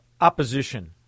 opposition